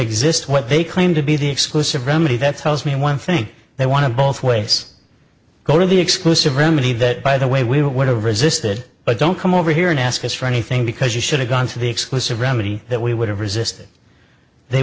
exist what they claim to be the exclusive remedy that tells me one thing they want to both ways go to the exclusive remedy that by the way we would have resisted but don't come over here and ask us for anything because we should have gone to the exclusive remedy that we would have resist it they